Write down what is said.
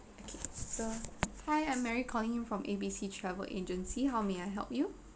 okay so hi I'm mary calling from A_B_C travel agency how may I help you